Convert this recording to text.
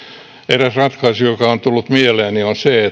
eräs ratkaisu joka on tullut mieleeni on se